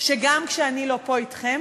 שגם כשאני לא פה אתכם